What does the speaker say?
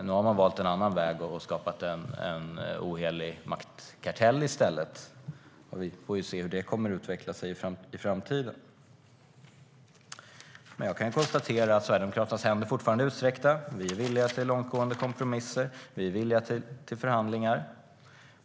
Nu har man valt en annan väg och skapat en ohederlig maktkartell i stället. Vi får se hur det kommer att utveckla sig i framtiden. Men jag kan konstatera att Sverigedemokraternas händer fortfarande är utsträckta. Vi är villiga till långtgående kompromisser. Vi är villiga till förhandlingar.